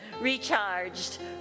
Recharged